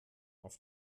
auf